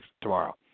tomorrow